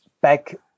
back